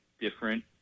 different